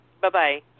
Bye-bye